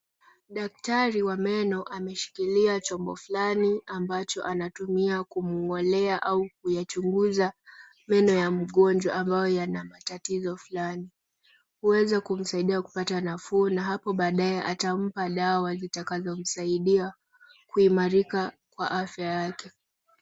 Daktari wa meno ameshikilia chombo fulani ambacho anatumia kumng'olea au kuyachunguza meno ya mgonjwa ambayo yana matatizo fulani. Huweza kumsaidia kupata nafuu na hapo baadaye atampa dawa zitakazomsaidia kuimarika kwa afya yake.